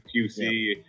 QC